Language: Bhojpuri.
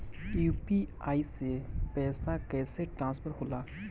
यू.पी.आई से पैसा कैसे ट्रांसफर होला?